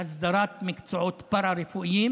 הסדרת מקצועות פארה-רפואיים,